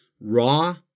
Raw